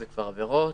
זה כבר עבירות,